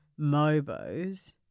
Mobo's